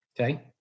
Okay